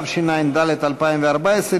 התשע"ד 2014,